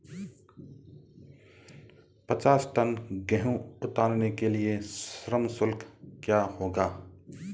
पचास टन गेहूँ उतारने के लिए श्रम शुल्क क्या होगा?